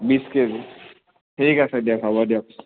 বিছ কেজি ঠিক আছে দিয়ক হ'ব দিয়ক